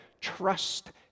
Trust